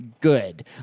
Good